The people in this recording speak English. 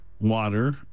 water